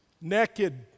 Naked